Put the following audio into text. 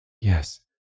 Yes